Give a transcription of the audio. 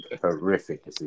horrific